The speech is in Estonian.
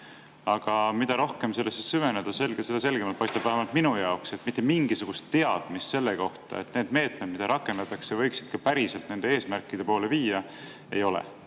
Aga mida rohkem sellesse süveneda, seda selgemalt paistab vähemalt minule, et mitte mingisugust teadmist selle kohta, et need meetmed, mida rakendatakse, võiksid ka päriselt nende eesmärkideni viia, ei ole.